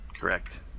Correct